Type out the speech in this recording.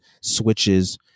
switches